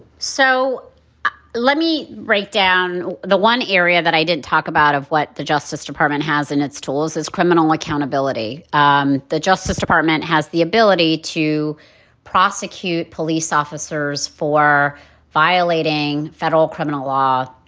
so let me break down the one area that i didn't talk about of what the justice department has in its tools is criminal accountability. um the justice department has the ability to prosecute police officers for violating federal criminal law.